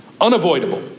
unavoidable